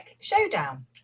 Showdown